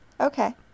Okay